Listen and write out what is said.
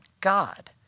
God